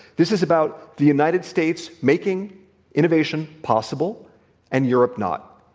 this is about the united states making innovation possible and europe not.